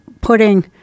putting